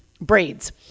braids